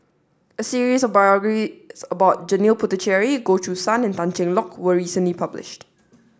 a series of biographies about Janil Puthucheary Goh Choo San and Tan Cheng Lock was recently published